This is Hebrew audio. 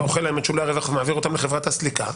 אתה אוכל להם את שולי הרווח ומעביר אותם לחברת הסליקה,